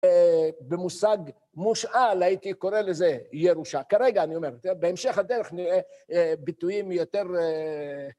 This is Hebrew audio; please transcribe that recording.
במושג מושאל הייתי קורא לזה ירושה. כרגע אני אומר, בהמשך הדרך נראה ביטויים יותר...